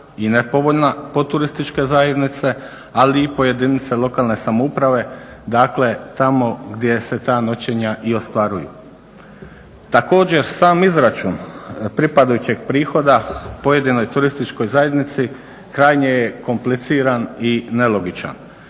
i nepovoljna po turističke zajednice, ali i po jedinice lokalne samouprave. Dakle, tamo gdje se ta noćenja i ostvaruju. Također sam izračun pripadajućeg prihoda pojedinoj turističkoj zajednici krajnje je kompliciran i nelogičan.